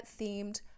themed